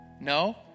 no